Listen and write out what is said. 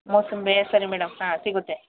ಮೊಸಂಬಿ ಸರಿ ಮೇಡಮ್ ಹಾಂ ಸಿಗುತ್ತೆ